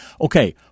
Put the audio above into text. Okay